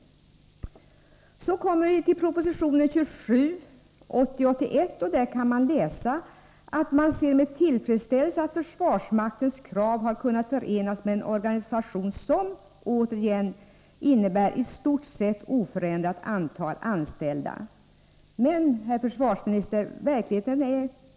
Så kommer vi till proposition 1980/81:27. I den kan vi läsa att man ser med tillfredsställelse att försvarsmaktens krav har kunnat förenas med en organisation som — återigen — innebär ”i stor sett oförändrat antal anställda”. Verkligheten, herr försvarsminister, är dock denna.